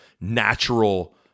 natural